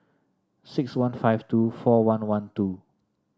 six one five two four one one two